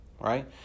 right